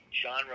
genre